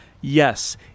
yes